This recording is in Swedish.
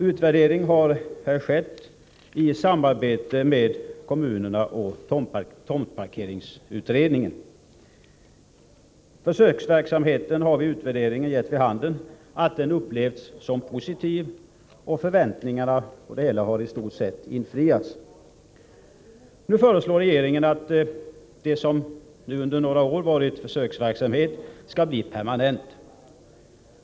Utvärdering har skett av kommunerna i samarbete med tomtparkeringsutredningen. Utvärderingen har gett vid handen att försöksverksamheten har upplevts som positiv. Förväntningarna har i stort sett infriats. Regeringen föreslår nu att det som under några år har varit försöksverksamhet skall bli permanent.